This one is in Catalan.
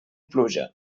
pluja